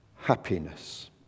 happiness